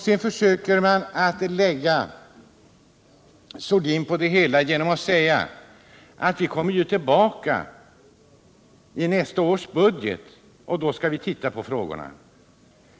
Sedan försöker man lägga sordin på det hela genom att säga att vi kommer tillbaka i nästa års budget, och då skall vi titta på frågan.